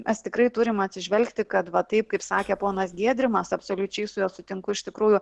mes tikrai turim atsižvelgti kad va taip kaip sakė ponas giedrimas absoliučiai su juo sutinku iš tikrųjų